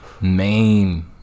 main